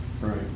Right